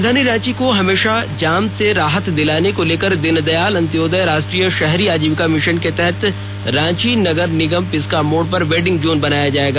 राजधानी रांची को जाम से राहत दिलाने को लेकर दीनदयाल अंत्योदय राष्ट्रीय शहरी आजीविका मिशन के तहत रांची नगर निगम पिस्का मोड़ पर वेंडिंग जोन बनाएगा